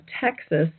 Texas